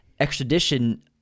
extradition